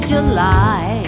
July